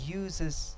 uses